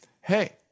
hey